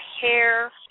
hair